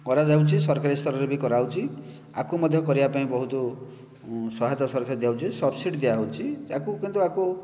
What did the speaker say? କରାଯାଉଛି ସରକାରୀ ସ୍ତରରେ ବି କରାହେଉଛି ଆକୁ ମଧ୍ୟ କରିବା ପାଇଁ ବହୁତ ସହାୟତା ସରକାରୀ ଦିଆହେଉଛି ସବସିଡ଼ି ଦିଆହେଉଛି ୟାକୁ କିନ୍ତୁ ୟାକୁ